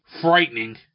frightening